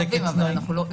כמו שמציעים,